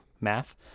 math